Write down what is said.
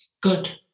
good